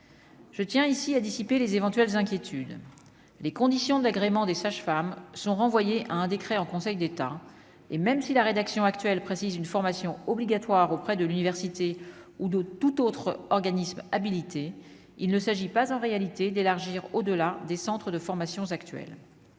je tiens ici à dissiper les éventuelles inquiétudes, les conditions de l'agrément des sages-femmes sont renvoyées à un décret en Conseil d'État, et même si la rédaction actuelle, précise une formation obligatoire auprès de l'université ou de tout autre organisme habilité, il ne s'agit pas, en réalité, d'élargir au-delà des centres de formation actuelle